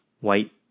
white